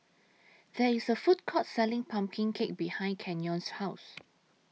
There IS A Food Court Selling Pumpkin Cake behind Canyon's House